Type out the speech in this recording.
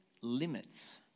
limits